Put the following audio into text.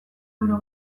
euro